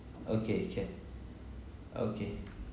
okay can okay